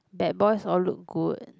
bad boys all look good